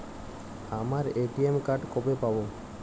আমার ATM card কবে পাব?